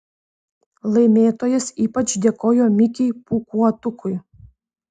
laimėtojas ypač dėkojo mikei pūkuotukui